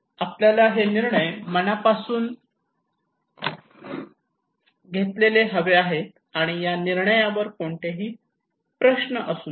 आपल्याला हे निर्णय मनापासून घेतलेले हवे आहेत आणि त्या निर्णयावर कोणतेही प्रश्न असू नयेत